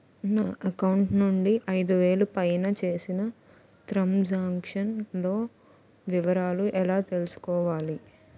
నా అకౌంట్ నుండి ఐదు వేలు పైన చేసిన త్రం సాంక్షన్ లో వివరాలు ఎలా తెలుసుకోవాలి?